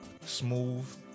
Smooth